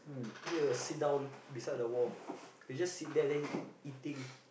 then he will sit down beside the wall he just sit there then he eat eating